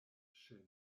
ŝin